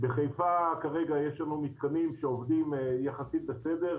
יש לנו מתקנים שעובדים יחסית בסדר,